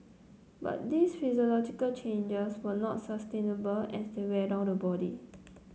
but these physiological changes were not sustainable as they wear down the body